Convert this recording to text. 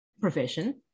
profession